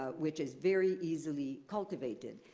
ah which is very easily cultivated.